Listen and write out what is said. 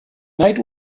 night